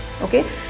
okay